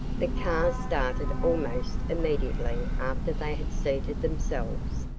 the car started almost immediately after they had seated themselves,